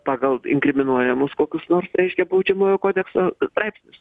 pagal inkriminuojamus kokius nors reiškia baudžiamojo kodekso straipsnius